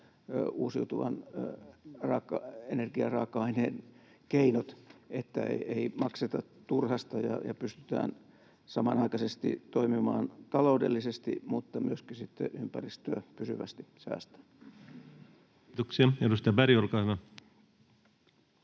uusiutuvan energiaraaka-aineen keinot, että ei makseta turhasta ja pystytään samanaikaisesti toimimaan taloudellisesti mutta myöskin ympäristöä pysyvästi säästäen. Kiitoksia. — Edustaja Berg, olkaa hyvä.